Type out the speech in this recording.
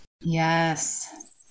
Yes